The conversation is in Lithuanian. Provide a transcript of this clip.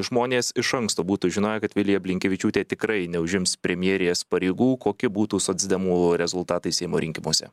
žmonės iš anksto būtų žinoję kad vilija blinkevičiūtė tikrai neužims premjerės pareigų koki būtų socdemų rezultatai seimo rinkimuose